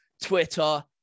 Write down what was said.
Twitter